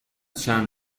چند